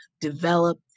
develop